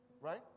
Right